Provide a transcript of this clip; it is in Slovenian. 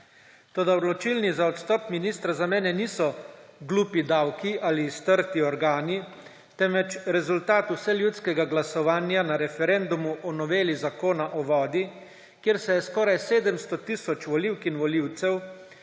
Toda odločilni za odstop ministra za mene niso »glupi davki« ali »strti organi«, temveč rezultat vseljudskega glasovanja na referendumu o noveli Zakona o vodah, kjer se je skoraj 700 tisoč volivk in volivcev